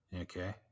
Okay